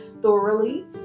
thoroughly